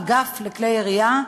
האגף לכלי ירייה,